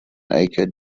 acre